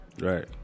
Right